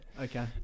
Okay